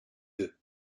deux